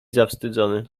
zawstydzony